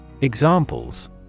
Examples